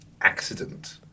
accident